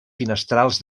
finestrals